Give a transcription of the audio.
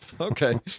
Okay